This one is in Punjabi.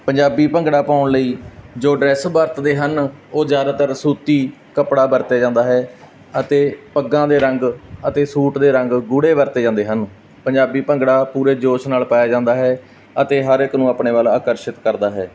ਪੰਜਾਬੀ ਭੰਗੜਾ ਪਾਉਣ ਲਈ ਜੋ ਡਰੈਸ ਵਰਤਦੇ ਹਨ ਉਹ ਜ਼ਿਆਦਾਤਰ ਸੂਤੀ ਕੱਪੜਾ ਵਰਤਿਆ ਜਾਂਦਾ ਹੈ ਅਤੇ ਪੱਗਾਂ ਦੇ ਰੰਗ ਅਤੇ ਸੂਟ ਦੇ ਰੰਗ ਗੂੜ੍ਹੇ ਵਰਤੇ ਜਾਂਦੇ ਹਨ ਪੰਜਾਬੀ ਭੰਗੜਾ ਪੂਰੇ ਜੋਸ਼ ਨਾਲ ਪਾਇਆ ਜਾਂਦਾ ਹੈ ਅਤੇ ਹਰ ਇੱਕ ਨੂੰ ਆਪਣੇ ਵੱਲ ਆਕਰਸ਼ਿਤ ਕਰਦਾ ਹੈ